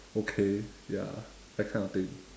okay ya that kind of thing